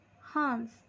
Hans